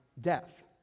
death